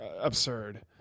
absurd